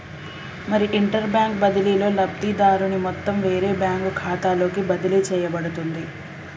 మరి inter bank బదిలీలో లబ్ధిదారుని మొత్తం వేరే బ్యాంకు ఖాతాలోకి బదిలీ చేయబడుతుంది